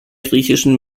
griechischen